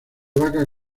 vaca